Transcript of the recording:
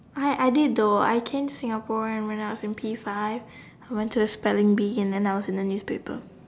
I I did though I came Singapore when I was P-five went to spelling bee and then I was in the newspaper